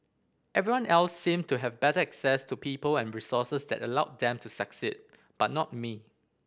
everyone else seemed to have better access to people and resources that allowed them to succeed but not me